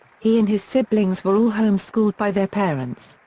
he and his siblings were all homeschooled by their parents,